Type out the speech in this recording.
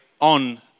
on